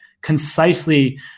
concisely